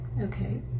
Okay